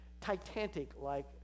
Titanic-like